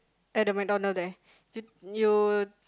at the McDonald's there you you